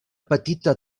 petita